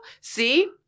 see